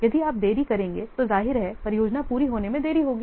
यदि आप देरी करेंगे तो जाहिर है परियोजना पूरी होने में देरी होगी